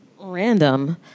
random